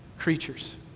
creatures